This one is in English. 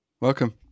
Welcome